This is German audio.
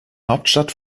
hauptstadt